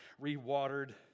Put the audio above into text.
re-watered